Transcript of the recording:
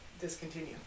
discontinue